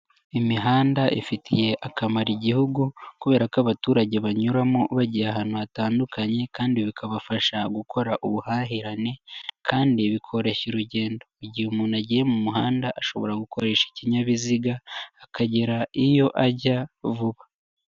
Imihanda ifitiye akamaro Igihugu kubera ko abaturage banyuramo bagiye ahantu hatandukanye kandi bikabafasha gukora ubuhahirane kandi bikoroshya urugendo; igihe umuntu agiye mu muhanda ashobora gukoresha ikinyabiziga akagera iyo ajya vuba.